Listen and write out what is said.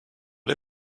det